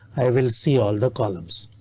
i will see all the columns.